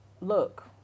look